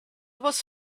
was